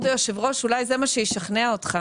מה שישכנע אותך